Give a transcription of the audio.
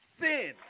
sin